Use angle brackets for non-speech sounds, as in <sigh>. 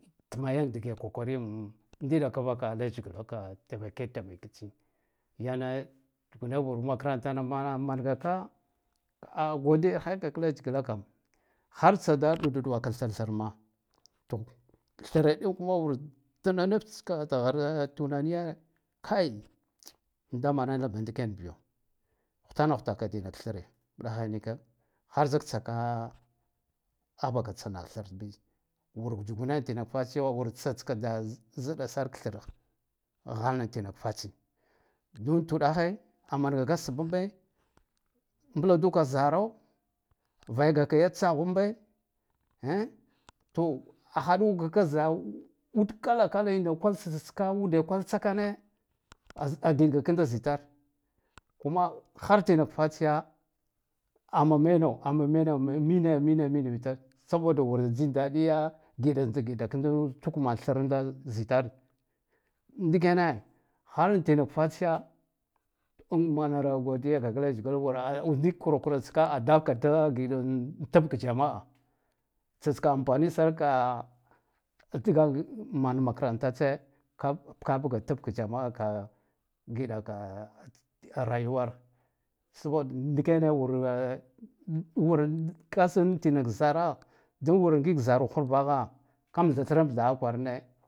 Tma yank dge koakr <hesitation> ndiɗaka vaka leshgk ka temaketematsin yane tsugune wur makarantana mana mangaka ka kodiyarhekak leshglaka khartsada ɗuda ɗuka thr-thrma to thre in kuma war tina nftska da ghre tunaniye kai damanala ba ndikiyan biyo ghutaghutaka denak thre uɗahe nika har zik tsaka agh baka tsna thrbi wurk tsugune tenak fatsiyo wur tsatska da ziɗasark thr ghalna tinak fatsiya dun tuɗehe a mangakasbambe mbladuka zaro vaigaka yi tsaghwenbe hen to ahaɗugaka za ud kaka kala ena kwal tsatska ude kwal tsakane "az-agiɗgakanda zitar kuma khartenak fatsiya ama meno ama meno “m mine mine nivitar saboda wuran jindaɗiya giɗatsa giɗakanda tukman thranda zitar ndikene hal in tenak tatsiya <hesitation> manara goidyakak heshglo wur a ndik kura kuratska dan giɗa tibk jema'a tsat tska amfanisarka <hesitation> man makaranta tse ka ka bga tik jama'a ka gidaka <hesitation> a rayuwar sboda niken wura <hesitation> war basan tin nak zara da wur ngik zara khurvaha ka amthtra amthatkwarane.